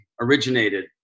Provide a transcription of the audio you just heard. originated